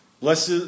Blessed